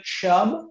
chub